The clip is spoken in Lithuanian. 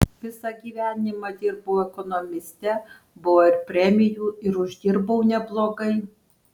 visą gyvenimą dirbau ekonomiste buvo ir premijų ir uždirbau neblogai